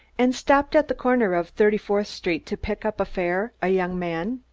and stopped at the corner of thirty-fourth street to pick up a fare a young man.